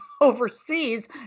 overseas